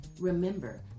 Remember